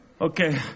Okay